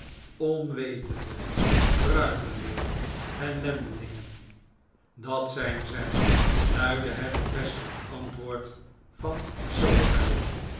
onwetende kruipende ellendelingen dat zijn zij luidde het bevestigend antwoord van